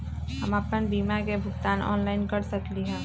हम अपन बीमा के भुगतान ऑनलाइन कर सकली ह?